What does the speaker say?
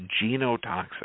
genotoxic